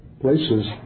places